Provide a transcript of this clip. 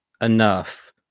enough